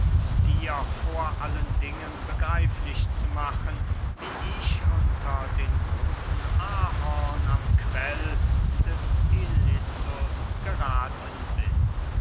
dir vor allen dingen begreiflich zu machen wie ich unter den großen ahorn am quell des ilissus gerathen bin